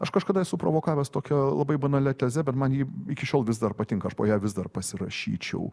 aš kažkada esu provokavęs tokia labai banalia teze bet man ji iki šiol vis dar patinka po ja vis dar pasirašyčiau